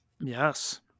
yes